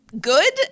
Good